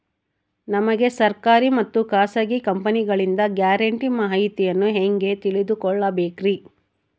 ನಮಗೆ ಸರ್ಕಾರಿ ಮತ್ತು ಖಾಸಗಿ ಕಂಪನಿಗಳಿಂದ ಗ್ಯಾರಂಟಿ ಮಾಹಿತಿಯನ್ನು ಹೆಂಗೆ ತಿಳಿದುಕೊಳ್ಳಬೇಕ್ರಿ?